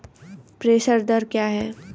प्रेषण दर क्या है?